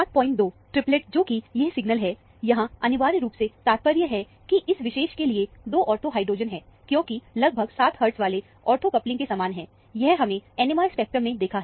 72 triplet जो कि यह सिग्नल है यहां अनिवार्य रूप से तात्पर्य है की इस विशेष के लिए 2 ऑर्थो हाइड्रोजेन हैं क्योंकि यह लगभग 7 हर्ट्ज वाले ऑर्थो कपलिंग के समान है यह हमने NMR स्पेक्ट्रम से देखा है